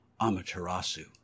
Amaterasu